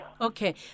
Okay